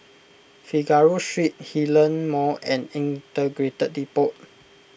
Figaro Street Hillion Mall and Integrated Depot